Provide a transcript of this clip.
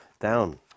down